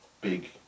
big